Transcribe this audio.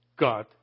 God